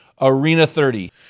ARENA30